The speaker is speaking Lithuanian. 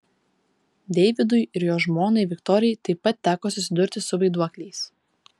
deividui ir jo žmonai viktorijai taip pat teko susidurti su vaiduokliais